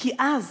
כי אז